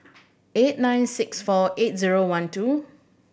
eight nine six four eight zero one two